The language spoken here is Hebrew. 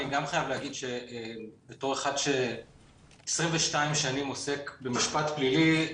אני גם חייב להגיד שבתור אחד ש-22 שנים עוסק במשפט פלילי,